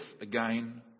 again